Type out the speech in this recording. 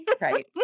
Right